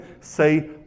say